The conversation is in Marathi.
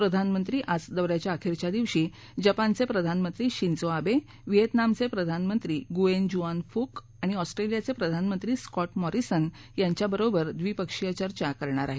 प्रधानमंत्री आज दौ याच्या अखेरच्या दिवशी जपानचे प्रधानमंत्री शिंजो आबे व्हिएतनामचे प्रधानमंत्री गुऐन जुऑन फुक आणि ऑस्ट्रेलियाचे प्रधानमंत्री स्कॉट मॉरिसन यांच्याबरोबर द्विपक्षीय चर्चा करणार आहेत